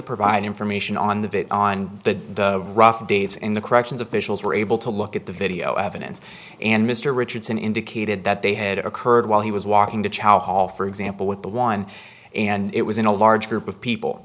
provide information on the on the rough dates in the corrections officials were able to look at the video evidence and mr richardson indicated that they had occurred while he was walking to chow hall for example with the wine and it was in a large group of people